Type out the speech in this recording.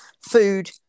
food